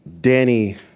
Danny